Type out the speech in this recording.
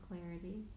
clarity